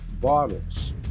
bottles